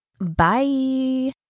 bye